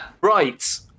Right